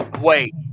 Wait